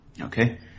Okay